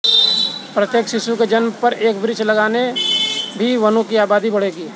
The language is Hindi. प्रत्येक शिशु के जन्म पर एक वृक्ष लगाने से भी वनों की आबादी बढ़ेगी